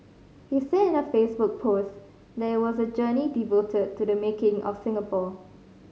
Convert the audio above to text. he said in a Facebook post that it was a journey devoted to the making of Singapore